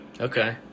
Okay